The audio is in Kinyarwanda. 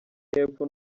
y’epfo